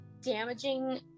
damaging